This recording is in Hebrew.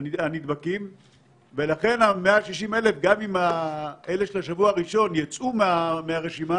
מתוך 160,000 אנשים שקיבלו הודעה להיכנס